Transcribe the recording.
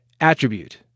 Attribute